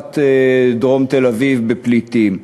הצפת דרום תל-אביב בפליטים.